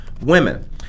women